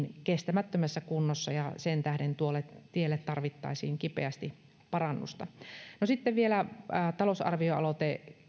kestämättömässä kunnossa ja sen tähden tuolle tielle tarvittaisiin kipeästi parannusta sitten vielä talousarvioaloite